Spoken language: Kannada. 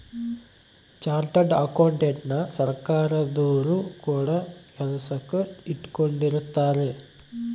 ಚಾರ್ಟರ್ಡ್ ಅಕೌಂಟೆಂಟನ ಸರ್ಕಾರದೊರು ಕೂಡ ಕೆಲಸಕ್ ಇಟ್ಕೊಂಡಿರುತ್ತಾರೆ